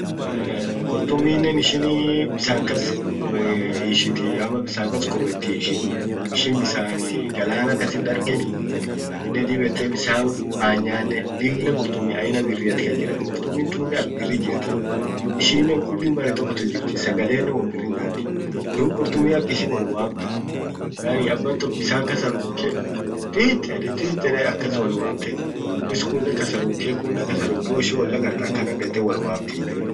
Qurtuminen ishinii bisan ama bisan kas qubetti ishiin. ishin galana kasit dargani aminen dib yette bisan manyanen lilla qurtumi aina birriat katjiraa. qurtumin tunen ak birri jirti. ishinen kulli bere tokotu jirtii sagalenen won birri nyatii. duub qurtumin ak ishin wol wamt yani aban tok bisan kasaruke tiit yede tiit yede akas wol wamte dub iskunen kasaruke kunen kasaruke woishin woldagart akanan dette wol wamtii.